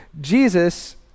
Jesus